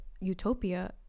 utopia